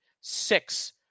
six